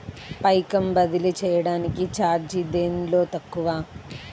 పైకం బదిలీ చెయ్యటానికి చార్జీ దేనిలో తక్కువ?